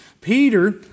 Peter